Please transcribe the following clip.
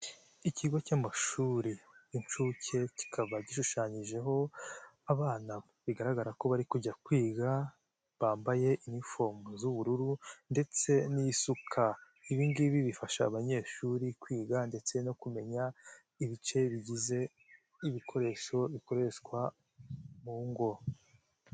Ikigo cy'amashuri, incuke kikaba gishushanyijeho abana bigaragara ko bari kujya kwiga bambaye inifomo z'ubururu ndetse n'isuka. Ibingibi bifasha abanyeshuri kwiga ndetse no kumenya ibice bigize ibikoresho bikoreshwa mu ngo.